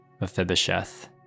Mephibosheth